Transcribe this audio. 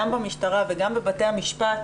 גם במשטרה וגם בבתי המשפט,